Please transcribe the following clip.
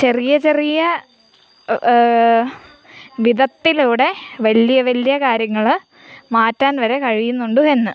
ചെറിയ ചെറിയ വിധത്തിലൂടെ വലിയ വലിയ കാര്യങ്ങൾ മാറ്റാൻ വരെ കഴിയുന്നുണ്ട് എന്ന്